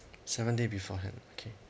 seven day beforehand okay